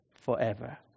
forever